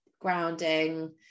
grounding